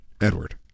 Edward